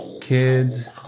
Kids